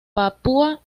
papúa